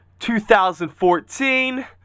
2014